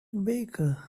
baker